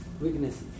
weaknesses